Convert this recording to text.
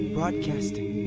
Broadcasting